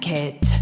Kit